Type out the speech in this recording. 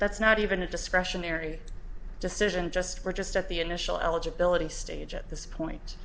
that's not even a discretionary decision just purchased at the initial eligibility stage at this point